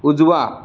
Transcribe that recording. उजवा